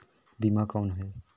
बीमा कौन है?